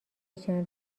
چند